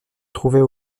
trouvait